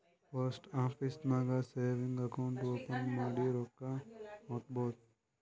post office ನಾಗ್ savings account open ಮಾಡಿ ರೊಕ್ಕಾ ಹಾಕ್ಬೋದ್